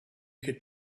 could